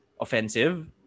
offensive